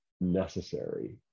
necessary